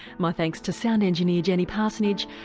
my thanks to sound engineer jenny parsonage.